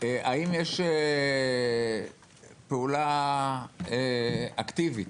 האם יש פעולה אקטיבית?